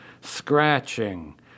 scratching